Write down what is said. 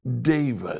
David